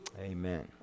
Amen